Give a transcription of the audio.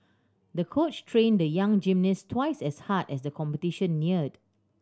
the coach trained the young gymnast twice as hard as the competition neared